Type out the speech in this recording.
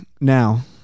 now